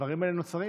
הדברים האלה נוצרים.